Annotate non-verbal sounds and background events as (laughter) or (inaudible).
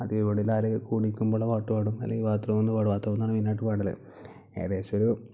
അതേപോലെ (unintelligible) കുളിക്കുമ്പോൾ പാട്ട് പാടും അല്ലെങ്കിൽ ബാത് റൂമിൽ നിന്ന് പാടും ബാത് റൂമിൽ നിന്ന് ഇറങ്ങിയിട്ടായി പാടൽ ഏകദേശം ഒരു